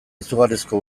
izugarrizko